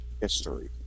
history